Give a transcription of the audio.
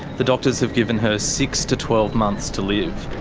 the doctors have given her six to twelve months to live.